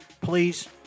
Please